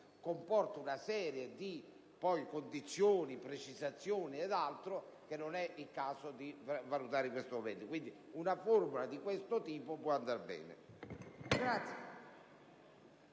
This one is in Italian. comporterebbe una serie di condizioni, precisazioni ed altro che non è il caso di valutare in questo momento. Quindi, una formulazione di questo tipo può andare bene.